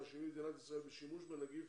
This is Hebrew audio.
מאשימים את מדינת ישראל בשימוש בנגיף